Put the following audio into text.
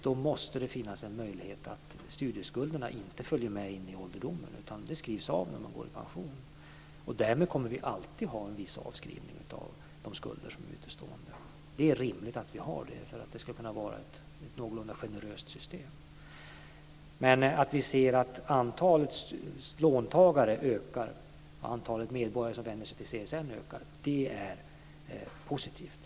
Då måste det finnas en möjlighet att studieskulderna inte följer med in i ålderdomen. De skrivs av när man går i pension. Därmed kommer det alltid att finnas en viss avskrivning av utestående skulder. Det är rimligt att vi har detta för att systemet ska vara någorlunda generöst. Att vi ser att antalet låntagare ökar, att antalet medborgare som vänder sig till CSN ökar, är positivt.